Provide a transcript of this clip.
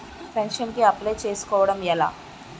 Pension కి apply చేసుకోవడం ఎలా?